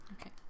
Okay